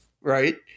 right